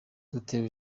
dutewe